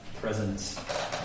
presence